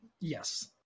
Yes